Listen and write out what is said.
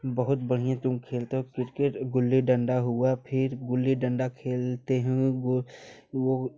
बहुत बढ़िया तुम खेलते हो क्रिकेट गुल्ली डंडा हुआ फिर गुल्ली डंडा खेलते हो वो